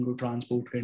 transport